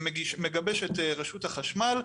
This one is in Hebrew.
שמגבשת רשות החשמל,